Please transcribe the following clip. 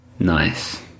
nice